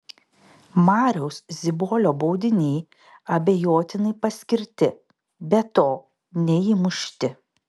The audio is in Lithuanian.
mariaus zibolio baudiniai abejotinai paskirti be to neįmušti